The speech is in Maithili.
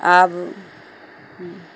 आब